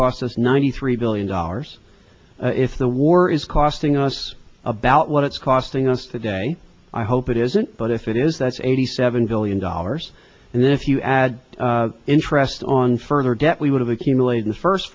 cost us ninety three billion dollars if the war is costing us about what it's costing us today i hope it isn't but if it is that's eighty seven billion dollars and then if you add interest on further debt we would have accumulated in the first